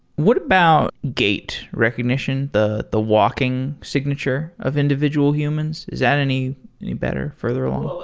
what about gate recognition, the the walking signature of individual humans? is that any any better further along?